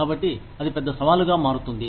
కాబట్టి అది పెద్ద సవాలుగా మారుతుంది